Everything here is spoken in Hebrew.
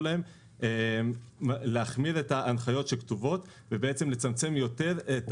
להם להחמיר את ההנחיות שכתובות ולצמצם יותר את